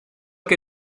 que